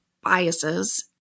biases